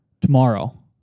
tomorrow